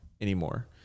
anymore